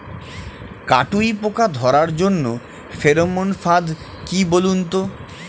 কাটুই পোকা ধরার জন্য ফেরোমন ফাদ কি বলুন তো?